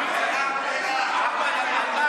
ובכן,